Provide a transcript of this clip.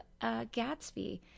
Gatsby